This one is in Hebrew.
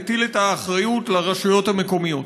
מטיל את האחריות על הרשויות המקומיות.